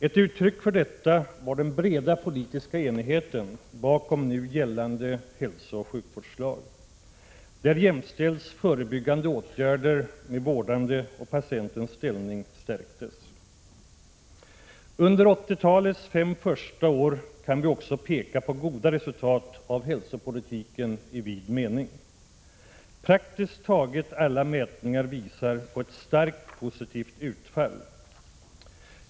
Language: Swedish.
Ett uttryck för detta var den breda politiska enigheten bakom nu gällande hälsooch sjukvårdslag. Där jämställdes förebyggande åtgärder med vårdande, och patientens ställning stärktes. Under 1980-talets fem första år kan vi också peka på goda resultat av hälsopolitiken i vid mening. Praktiskt taget alla mätningar visar på ett starkt positivt utfall.